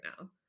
now